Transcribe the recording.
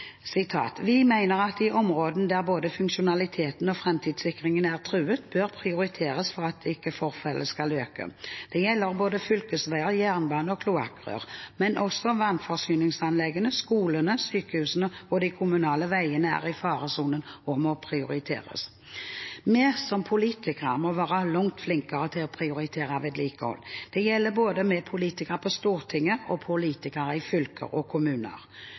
mener at de områdene der både funksjonaliteten og fremtidssikringen er truet, bør prioriteres for at ikke forfallet skal øke. Det gjelder både fylkesveier, jernbane og kloakkrør. Men også vannforsyningsanleggene, skolene, sykehusene og de kommunale veiene er i faresonen og må prioriteres». Vi som politikere må være langt flinkere til å prioritere vedlikehold. Det gjelder både vi politikere på Stortinget og politikere i fylker og kommuner.